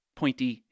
pointy